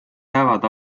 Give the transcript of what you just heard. päevad